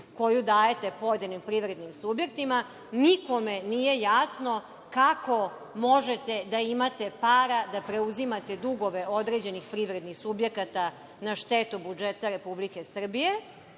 koju dajete pojedinim privrednim subjektima, nikome nije jasno kako možete da imate para da preuzimate dugove određenih privrednih subjekata na štetu budžeta Republike Srbije,